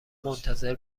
منتظر